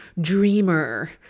dreamer